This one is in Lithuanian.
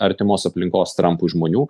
artimos aplinkos trampui žmonių